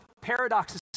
paradoxes